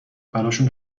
براشون